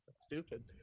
stupid